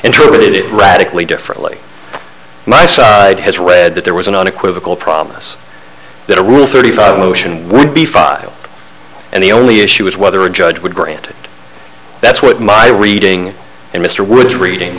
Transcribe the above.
truth it radically differently my side has read that there was an unequivocal promise that a rule thirty five motion would be filed and the only issue was whether a judge would grant that's what my reading and mr wood reading